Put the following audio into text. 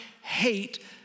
hate